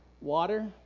water